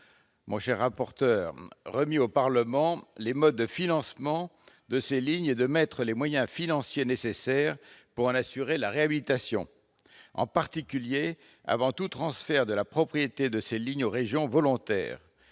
dans un rapport remis au Parlement les modes de financement de ces lignes et de mettre les moyens financiers nécessaires pour en assurer la réhabilitation, en particulier avant tout transfert de la propriété de ces lignes aux régions volontaires.